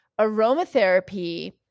aromatherapy